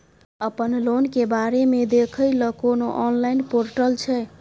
अपन लोन के बारे मे देखै लय कोनो ऑनलाइन र्पोटल छै?